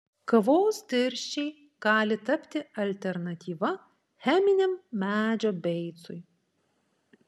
kavos tirščiai gali tapti alternatyva cheminiam medžio beicui